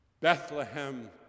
Bethlehem